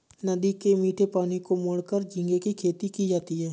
नदी के मीठे पानी को मोड़कर झींगे की खेती की जाती है